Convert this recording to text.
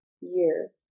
year